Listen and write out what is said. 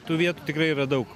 tų vietų tikrai yra daug